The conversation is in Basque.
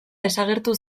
desagertu